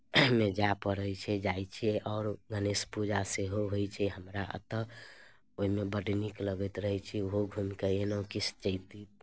मे जाय पड़ैत छै जाइत छियै आओर गणेश पूजा सेहो होइत छै हमरा एतय ओहिमे बड्ड नीक लगैत रहैत छै ओहो घूमि कऽ अयलहुँ किछु चैती